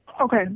Okay